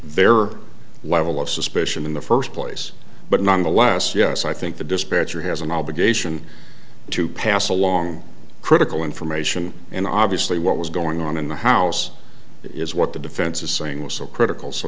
their level of suspicion in the first place but nonetheless yes i think the dispatcher has an obligation to pass along critical information and obviously what was going on in the house is what the defense is saying was so critical so